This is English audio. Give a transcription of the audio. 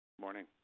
morning